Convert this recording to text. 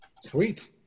Sweet